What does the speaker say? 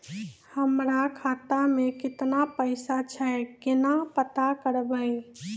हमरा खाता मे केतना पैसा छै, केना पता करबै?